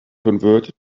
converted